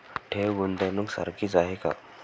ठेव, गुंतवणूक सारखीच आहे का?